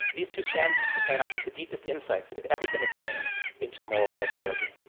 these two stanzas contain, i think, the deepest insights that have ever been attained into moral psychology.